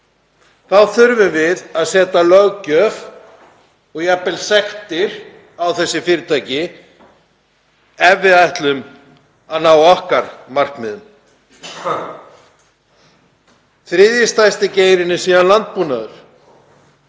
þá þurfum við að setja löggjöf og jafnvel sektir á þessi fyrirtæki ef við ætlum að ná okkar markmiðum. Þriðji stærsti geirinn er síðan landbúnaður.